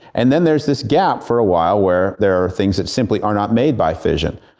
and then there's this gap for a while where there are things that simply are not made by fission.